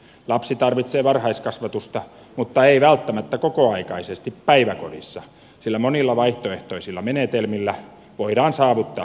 lapsi tarvitsee varhaiskasvatusta mutta ei välttämättä kokoaikaisesti päiväkodissa sillä monilla vaihtoehtoisilla menetelmillä voidaan saavuttaa sama päämäärä